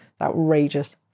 outrageous